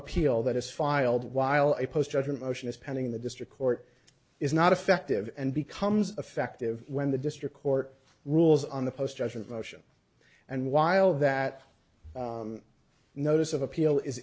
appeal that is filed while a post judge a motion is pending the district court is not effective and becomes effective when the district court rules on the post judgment motion and while that notice of appeal is